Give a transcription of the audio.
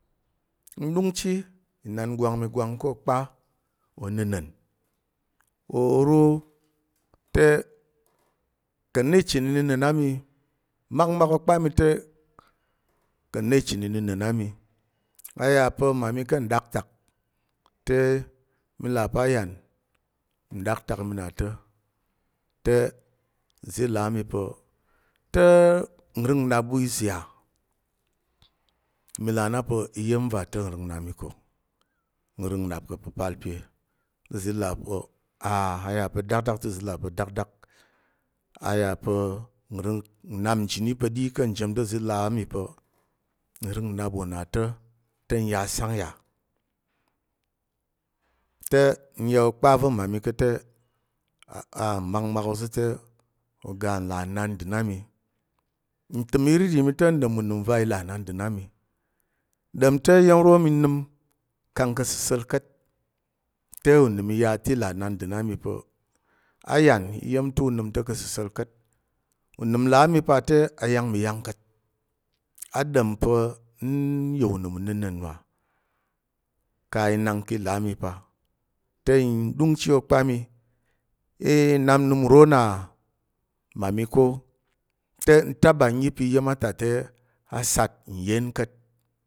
N ɗəngchi inan gwang mi gwang ko okpa onəna̱n, oro te ka̱ na ichən nəna̱n a mi makmak. O kpa mi te ka̱ na ichən inəna̱n a mi, a ya pa̱ mami ka̱ nɗaktak te mi là pa̱ ayan nɗaktak mi na ta̱. Te uzi i là a mi pa̱ te nrəng nnap ɓu iza̱ yà, mi là a na pa̱ iya̱m va ta̱ nrəng nnap mi ko, n rəng nnap ka̱ pəpal pe te uzi là pa̱ a a yà pa̱ dakdak te uzi i là pa̱ dakdak. A yà nrəng nnap nji ni ka̱ ɗi ka̱ njəm te, uzi i là a mi pa̱ n rəng nnap wò na ta̱ te, n ya sang yà. Te n ya okpa va̱ mmami ko te n yà mmakmak ozo te oga là nnandər a mi. Ntəm iriri mi te, n ɗom unəm va̱ i là nnandər a mi. Ɗom te, iya̱m ro mi nəm kang ka̱ səsa̱l ka̱t te, unəm i ya te i là nnandər a mi pa̱ ayan iya̱m ta̱ u nəm te ka̱ səsa̱l ka̱t. Unəm a là a mi pa̱ te ayang mi yang ka̱t, a ɗom pa̱ n yà unəm unəna̱n wa ka i nak ki là a mi pa te n ɗəngchi ôkpa mi. I nnap nnəm nro na mmami ko, te n taɓa nnyi pa̱ iya̱m a ta te a sat n yen ka̱t